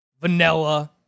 vanilla